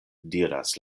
diras